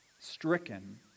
stricken